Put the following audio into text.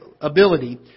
ability